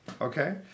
Okay